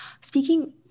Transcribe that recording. Speaking